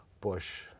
Bush